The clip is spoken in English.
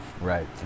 Right